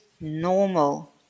normal